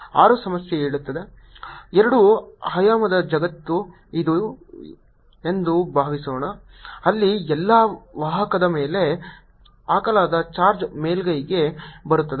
6 ಸಮಸ್ಯೆ ಹೇಳುತ್ತದೆ ಎರಡು ಆಯಾಮದ ಜಗತ್ತು ಇದೆ ಎಂದು ಭಾವಿಸೋಣ ಅಲ್ಲಿ ಎಲ್ಲಾ ವಾಹಕದ ಮೇಲೆ ಹಾಕಲಾದ ಚಾರ್ಜ್ ಮೇಲ್ಮೈಗೆ ಬರುತ್ತದೆ